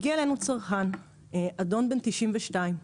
הגיע אלינו צרכן, אדם בן תשעים ושתיים,